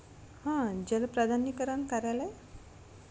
हां जल प्राधान्यीकरण कार्यालय